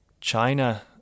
China